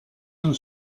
and